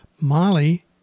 Molly